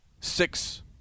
six